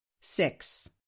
Six